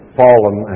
fallen